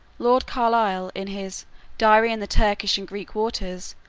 lord carlisle, in his diary in the turkish and greek waters,